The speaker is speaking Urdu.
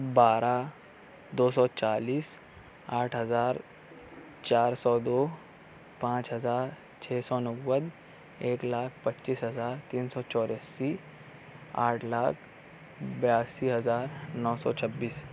بارہ دو سو چالیس آٹھ ہزار چار سو دو پانچ ہزار چھ سو نوے ایک لاکھ پچیس ہزار تین سو چوراسی آٹھ لاکھ بیاسی ہزار نو سو چھبیس